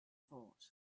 thought